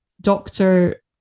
doctor